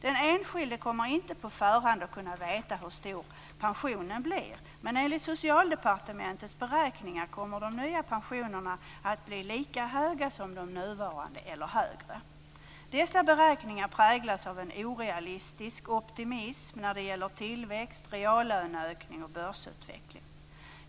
Den enskilde kommer inte på förhand att kunna veta hur stor pensionen blir, men enligt Socialdepartementets beräkningar kommer de nya pensionerna att bli lika höga som de nuvarande eller högre. Dessa beräkningar präglas av en orealistisk optimism när det gäller tillväxt, reallöneökning och börsutveckling.